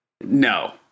No